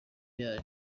yayo